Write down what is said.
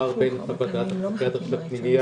בין חוות דעת של הפסיכיאטר של הפנימייה